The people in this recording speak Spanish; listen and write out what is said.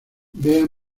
vea